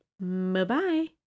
Bye-bye